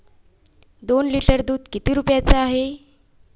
दोन लिटर दुध किती रुप्याचं हाये?